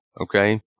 Okay